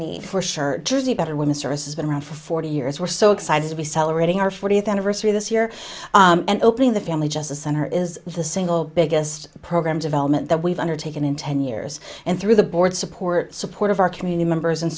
need for shirt jersey better when service has been around for forty years we're so excited to be celebrating our fortieth anniversary this year and opening the family justice center is the single biggest program development that we've undertaken in ten years and through the board support support of our community members and